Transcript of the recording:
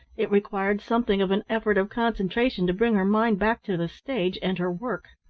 it required something of an effort of concentration to bring her mind back to the stage and her work.